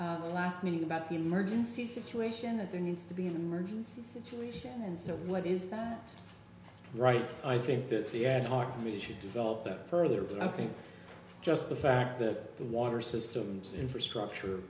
from the last meeting about the emergency situation that there needs to be an emergency situation and so what is that right i think that the ad hoc committee should develop that further but i think just the fact that the water systems infrastructure